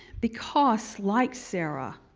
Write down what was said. because like sarah,